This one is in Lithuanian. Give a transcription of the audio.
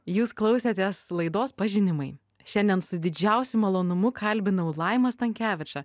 jūs klausėtės laidos pažinimai šiandien su didžiausiu malonumu kalbinau laimą stankevičą